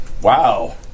Wow